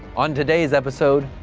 on today's episode,